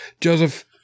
Joseph